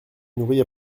nourris